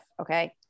okay